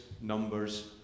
Numbers